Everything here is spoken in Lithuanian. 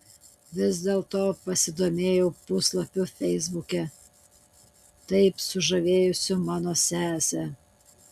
vis dėlto pasidomėjau puslapiu feisbuke taip sužavėjusiu mano sesę